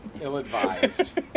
ill-advised